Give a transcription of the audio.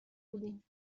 بودیم